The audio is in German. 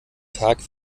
tag